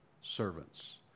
servants